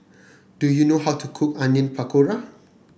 do you know how to cook Onion Pakora